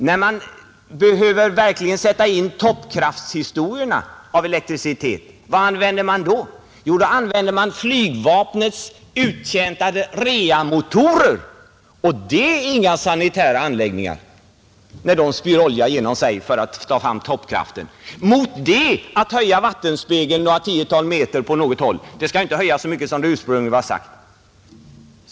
När man verkligen behöver sätta in toppkraftshistorierna av elektricitet, vad använder man då? Jo, då använder man flygvapnets uttjänta reamotorer, och de är inga sanitära anläggningar när de spyr olja genom sig för att ta fram toppkraften. Mot det skall man ställa förslaget att höja vattenspegeln med något tiotal meter — inte så mycket som det ursprungligen sades.